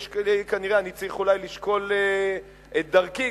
אני צריך אולי לשקול את דרכי,